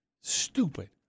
Stupid